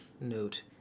note